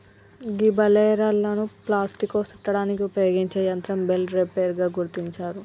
గీ బలేర్లను ప్లాస్టిక్లో సుట్టడానికి ఉపయోగించే యంత్రం బెల్ రేపర్ గా గుర్తించారు